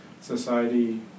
society